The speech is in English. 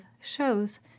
shows